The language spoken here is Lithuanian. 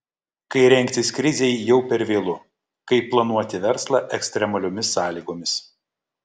kai rengtis krizei jau per vėlu kaip planuoti verslą ekstremaliomis sąlygomis